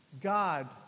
God